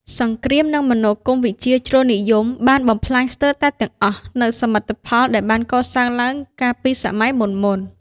សង្គ្រាម និងមនោគមវិជ្ជាជ្រុលនិយមបានបំផ្លាញស្ទើរតែទាំងអស់នូវសមិទ្ធផលដែលបានកសាងឡើងកាលពីសម័យមុនៗ។